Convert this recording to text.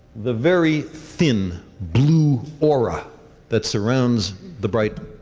the very thin, blue aura that surrounds the bright,